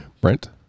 brent